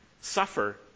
suffer